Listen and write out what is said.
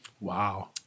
Wow